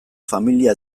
familia